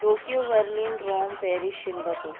Tokyo Berlin Rome Paris Singapore